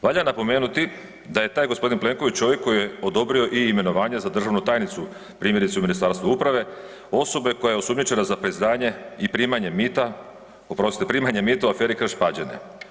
Valja napomenuti da je taj g. Plenković čovjek koji je odobrio i imenovanje za državnu tajnicu, primjerice u Ministarstvu uprave, osobe koja je osumnjičena za … [[Govornik se ne razumije]] i primanje mita, oprostite, primanje mita u aferi Krš-Pađene.